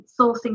sourcing